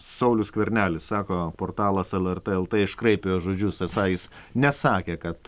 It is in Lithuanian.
saulius skvernelis sako portalas lrt lt iškraipė žodžius esą jis nesakė kad